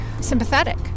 sympathetic